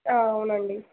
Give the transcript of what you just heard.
అవునండి